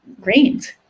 grains